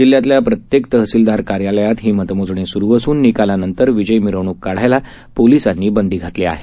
जिल्ह्यातल्याप्रत्येकतहसीलदारकार्यालयातहीमतमोजणीसुरूअसूननिकालानंतरविजयीमिरवणुककाढण्या सपोलिसांनीबंदीघातलेलीआहे